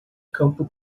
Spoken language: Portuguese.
campo